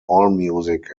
allmusic